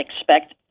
expect